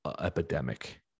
epidemic